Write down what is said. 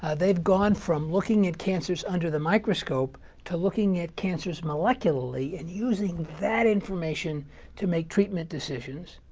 ah they've gone from looking at cancers under the microscope to looking at cancers molecularly, and using that information to make treatment decisions.